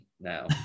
now